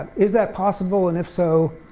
is that possible, and if so,